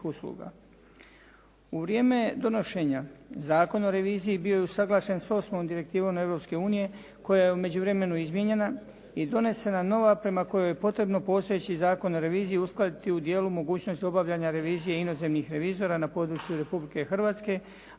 U vrijeme donošenja Zakona o reviziji bio je usuglašen sa 8. direktivnom Europske unije koja je u međuvremenu izmijenjena i donesena nova prema kojoj je potrebno postojeći zakon o reviziji uskladiti u dijelu mogućnost obavljanja revizije inozemnih revizora na području Republike Hrvatske,